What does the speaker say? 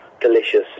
delicious